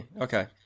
Okay